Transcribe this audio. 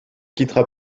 quittera